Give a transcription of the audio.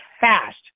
fast